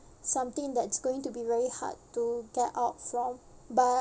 something that's going to be very hard to get out from but